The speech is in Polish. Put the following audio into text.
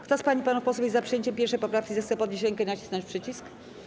Kto z pań i panów posłów jest za przyjęciem 1. poprawki, zechce podnieść rękę i nacisnąć przycisk.